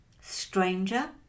stranger